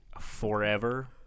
forever